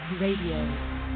RADIO